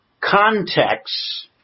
context